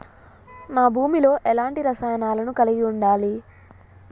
నా భూమి లో ఎలాంటి రసాయనాలను కలిగి ఉండాలి?